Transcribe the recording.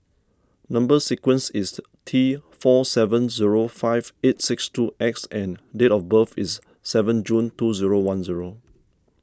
Number Sequence is T four seven zero five eight six two X and date of birth is seven June two zero one zero